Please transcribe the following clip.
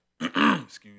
Excuse